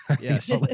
Yes